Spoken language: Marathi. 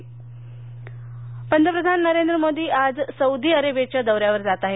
मोदी दौरा पंतप्रधान नरेंद्र मोदी आज सौदी अरेबियाच्या दौऱ्यावर जात आहेत